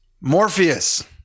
Morpheus